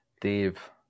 dave